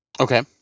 Okay